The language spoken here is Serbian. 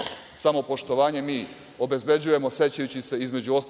su stradali da bi ovo društvo opstalo,